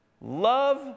Love